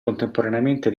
contemporaneamente